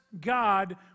God